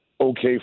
okay